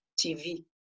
TV